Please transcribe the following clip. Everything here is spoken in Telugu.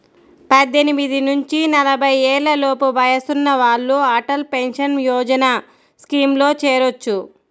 పద్దెనిమిది నుంచి నలభై ఏళ్లలోపు వయసున్న వాళ్ళు అటల్ పెన్షన్ యోజన స్కీమ్లో చేరొచ్చు